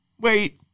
wait